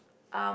um